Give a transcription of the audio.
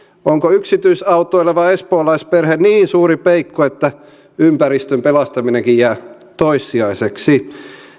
onko yksityisautoileva espoolaisperhe niin suuri peikko että ympäristön pelastaminenkin jää toissijaiseksi